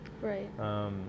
Right